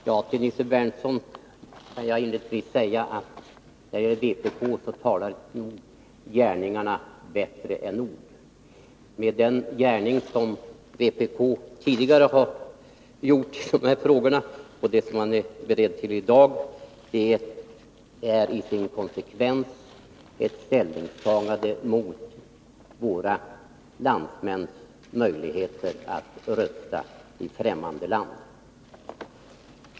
Herr talman! Till Nils Berndtson kan jag inledningsvis säga att när det gäller vpk talar gärningarna bättre än ord. Vad vpk tidigare har gjort i dessa frågor och vad man är beredd att göra i dag är till sin konsekvens ett ställningstagande mot våra landsmäns möjligheter att rösta i fträmmande land.